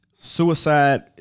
suicide